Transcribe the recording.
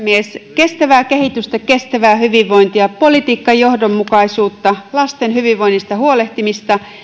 kestävää kehitystä kestävää hyvinvointia politiikan johdonmukaisuutta lasten hyvinvoinnista huolehtimista